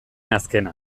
azkena